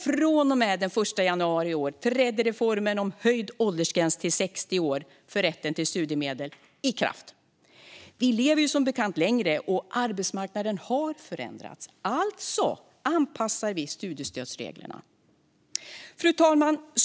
Från och med den 1 januari i år trädde reformen om höjd åldersgräns till 60 år för rätten till studiemedel i kraft. Vi lever som bekant längre, och arbetsmarknaden har förändrats - alltså anpassar vi studiestödsreglerna. Fru talman!